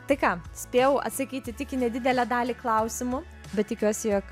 tai ką spėjau atsakyti tik į nedidelę dalį klausimų bet tikiuosi jog